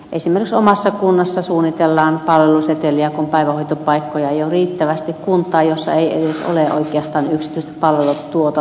esimies omassa kunnassa suunnitellaan palveluseteliä kun päivähoitopaikkoja jo riittävästi kun tai osa ei se ole oikeastaan yhtä valmis tuote